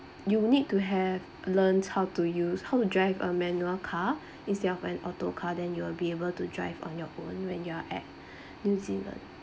you need to have learned how to use how to drive a manual car instead of an auto car then you will be able to drive on your own you when you are at new zealand